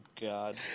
God